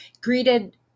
greeted